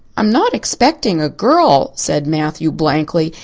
i'm not expecting a girl, said matthew blankly.